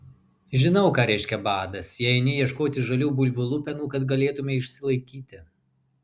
žinau ką reiškia badas jei eini ieškoti žalių bulvių lupenų kad galėtumei išsilaikyti